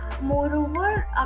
Moreover